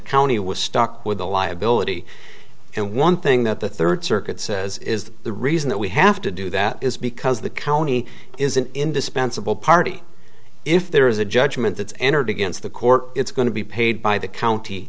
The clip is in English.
county was stuck with the liability and one thing that the third circuit says is that the reason that we have to do that is because the county is an indispensable party if there is a judgment that's entered against the court it's going to be paid by the county